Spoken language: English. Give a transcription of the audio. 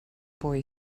boy